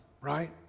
right